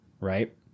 Right